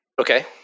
Okay